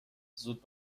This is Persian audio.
زود